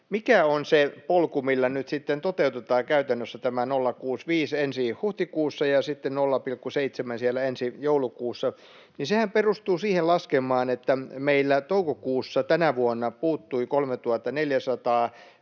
mikä on se polku, millä nyt sitten toteutetaan käytännössä tämä 0,65 ensi huhtikuussa ja sitten 0,7 silloin ensi joulukuussa? Sehän perustuu siihen laskelmaan, että meillä toukokuussa tänä vuonna puuttui 3 400